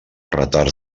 retards